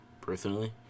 personally